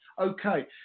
Okay